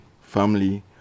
family